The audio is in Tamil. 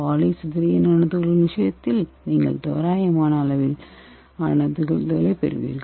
பாலி சிதறிய நானோ துகள்களின் விஷயத்தில் நீங்கள் தோராயமாக அளவிலான துகள்களைப் பெறுவீர்கள்